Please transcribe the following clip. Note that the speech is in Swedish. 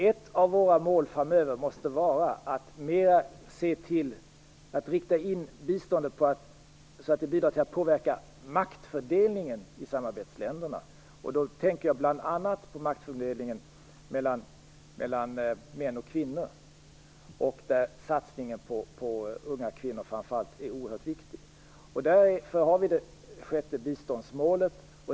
Ett av våra mål framöver måste vara att rikta in biståndet så att det bidrar till att påverka maktfördelningen i samarbetsländerna. Då tänker jag bl.a. på maktfördelningen mellan män och kvinnor. Satsningen på framför allt unga kvinnor är oerhört viktig. Därför har vi det sjätte biståndsmålet.